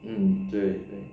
mm 对